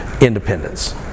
independence